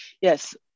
yes